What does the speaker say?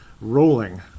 rolling